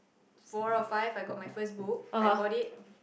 four or five I got my first book I bought it